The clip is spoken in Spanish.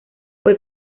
fue